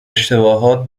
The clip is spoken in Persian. اشتباهات